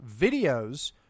videos